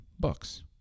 books